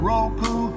Roku